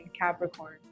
Capricorn